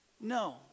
No